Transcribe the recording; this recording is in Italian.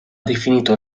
definito